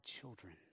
children